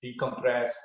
decompress